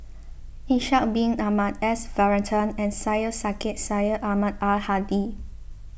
Ishak Bin Ahmad S Varathan and Syed Sheikh Syed Ahmad Al Hadi